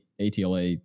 ATLA